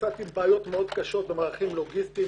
מצאתי בעיות קשות מאוד במערכים לוגיסטיים,